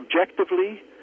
objectively